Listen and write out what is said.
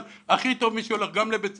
הכי טוב מי שהולך גם לבית ספר,